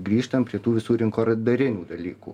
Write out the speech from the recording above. grįžtam prie tų visų rinkodarinių dalykų